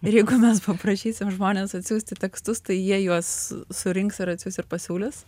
ir jeigu mes paprašysime žmones atsiųsti tekstus tai jie juos surinks ir atsiųs ir pasiūlys